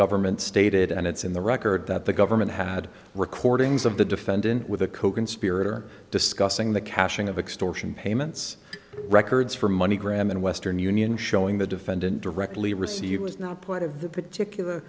government stated and it's in the record that the government had recordings of the defendant with a coconspirator discussing the cashing of extortion payments records for money gram in western union showing the defendant directly received was not part of the particular